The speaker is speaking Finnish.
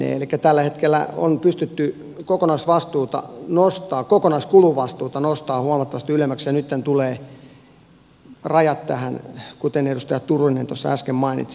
elikkä tällä hetkellä on pystytty kokonaiskuluvastuuta nostamaan huomattavasti ylemmäksi ja nytten tulee rajat tähän kuten edustaja turunen tuossa äsken mainitsi